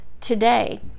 today